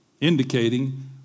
indicating